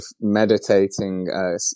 meditating